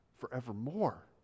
forevermore